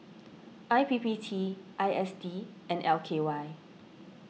I P P T I S D and L K Y